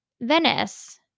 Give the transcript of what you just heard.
venice